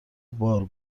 بار